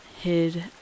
hid